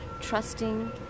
trusting